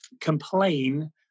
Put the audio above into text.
complain